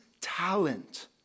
talent